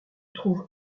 trouve